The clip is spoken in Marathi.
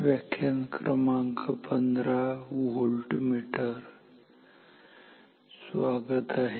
व्होल्टमीटर स्वागत आहे